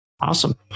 awesome